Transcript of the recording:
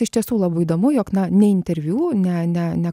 iš tiesų labai įdomu jog na ne interviu ne ne ne